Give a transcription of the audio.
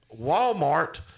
Walmart